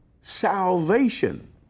salvation